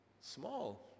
small